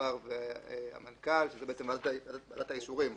הגזבר והמנכ"ל וזאת בעצם ועדת האישורים העירונית.